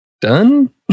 done